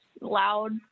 loud